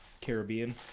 Caribbean